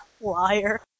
Liar